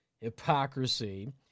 hypocrisy